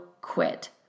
quit